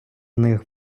них